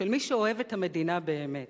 של מי שאוהב את המדינה באמת,